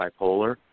bipolar